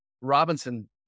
Robinson